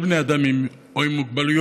כל בני האדם הם או עם מוגבלויות,